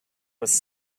was